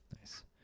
Nice